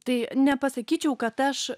tai nepasakyčiau kad aš